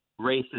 racist